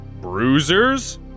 bruisers